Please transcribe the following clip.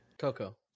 Coco